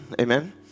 amen